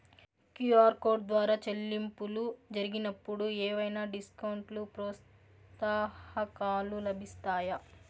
QR code ద్వారా చెల్లింపులు జరిగినప్పుడు ఏవైనా డిస్కౌంట్ లు, ప్రోత్సాహకాలు లభిస్తాయా?